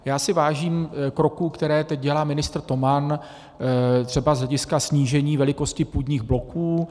Já si vážím kroků, které teď dělá ministr Toman třeba z hlediska snížení velikosti půdních bloků.